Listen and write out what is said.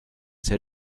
ser